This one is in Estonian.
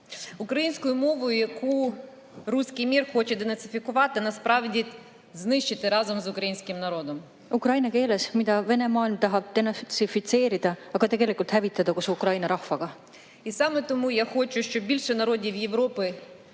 ukraina keeles, mida Venemaa tahab denatsifitseerida, aga tegelikult hävitada koos Ukraina rahvaga.